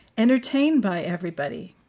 entertained by everybody,